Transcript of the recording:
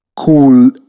Cool